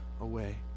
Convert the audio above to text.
away